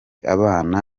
abana